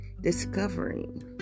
discovering